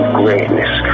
greatness